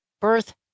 Birth